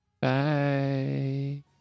bye